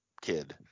kid